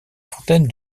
fontaine